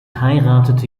heiratete